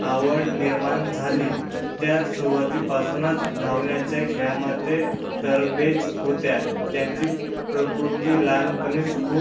आवड निर्माण झाली त्या सुरुवातीपासूनच धावण्याच्या खेळामध्ये तरबेज होत्या त्यांची प्रकृती लहानपणीच खूप